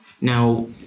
Now